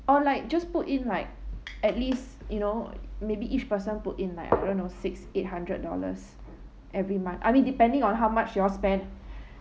or like just put in like at least you know maybe each person put in like I don't know six eight hundred dollars every month I mean depending on how much you all spend